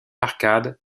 arcade